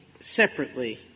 separately